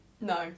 no